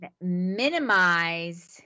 minimize